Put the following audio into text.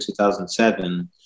2007